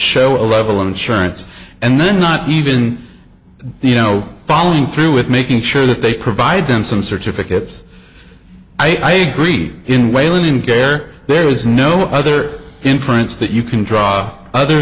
show a level of insurance and then not even you know following through with making sure that they provide them some certificates i agree in whalen care there is no other inference that you can draw other